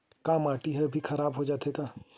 का माटी ह भी खराब हो जाथे का?